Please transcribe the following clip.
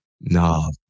No